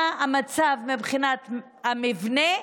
מה המצב מבחינת המבנה,